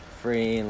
free